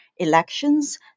elections